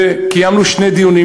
וקיימנו שני דיונים,